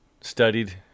studied